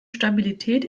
stabilität